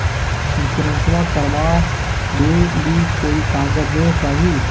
इंसोरेंसबा करबा बे ली कोई कागजों चाही?